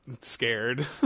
scared